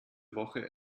woche